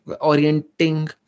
orienting